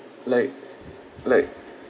like like